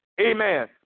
Amen